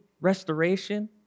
restoration